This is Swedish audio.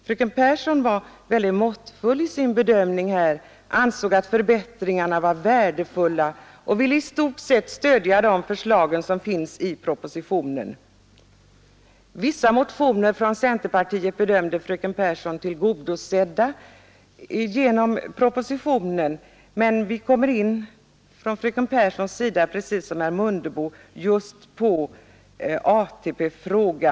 Fröken Pehrsson var mycket måttfull i sin bedömning. Hon ansåg att förbättringarna var värdefulla och ville i stort sett stödja förslagen i propositionen. Vissa motioner från centerpartiet bedömde fröken Pehrsson vara tillgodosedda genom propositionens förslag, men fröken Pehrsson kom precis som herr Mundebo in på ATP-frågan.